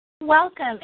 Welcome